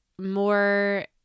more